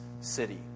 city